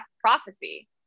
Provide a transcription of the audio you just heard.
prophecy